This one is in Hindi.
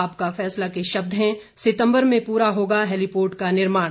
आपका फैसला के शब्द हैं सितम्बर में पूरा होगा हेलीपोर्ट का निर्माण